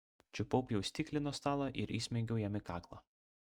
čiupau pjaustiklį nuo stalo ir įsmeigiau jam į kaklą